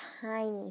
tiny